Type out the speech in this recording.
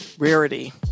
rarity